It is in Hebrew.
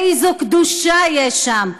איזו קדושה יש שם.